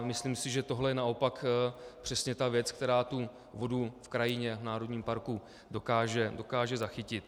Myslím si, že tohle je naopak přesně ta věc, která tu vodu v krajině, v národním parku dokáže zachytit.